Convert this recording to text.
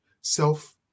self